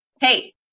hey